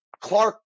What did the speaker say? Clark